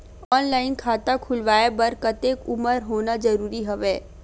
Online खाता खुलवाय बर कतेक उमर होना जरूरी हवय?